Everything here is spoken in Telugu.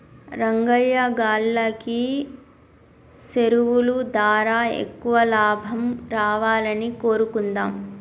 రంగయ్యా గాల్లకి సెరువులు దారా ఎక్కువ లాభం రావాలని కోరుకుందాం